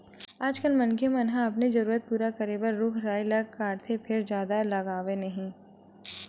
आजकाल मनखे मन ह अपने जरूरत पूरा करे बर रूख राई ल काटथे फेर जादा लगावय नहि